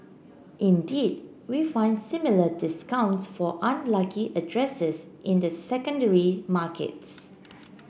indeed we find similar discounts for unlucky addresses in the secondary markets